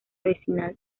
vecinal